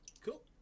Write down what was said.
cool